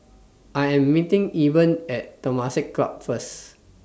I Am meeting Eben At Temasek Club First